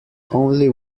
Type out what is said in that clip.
only